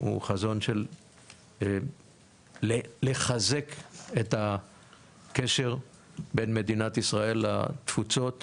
הוא חזון של לחזק את הקשר בין מדינת ישראל לתפוצות.